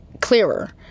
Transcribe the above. clearer